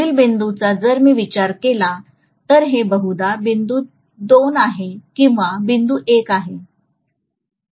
पुढील बिंदूचा जर मी विचार केला तर हे बहुदा बिंदू 2 आहे किंवा बिंदू 1 आहे